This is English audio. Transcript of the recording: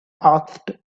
asked